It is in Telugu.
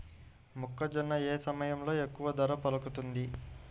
మొక్కజొన్న ఏ సమయంలో ఎక్కువ ధర పలుకుతుంది?